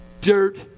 dirt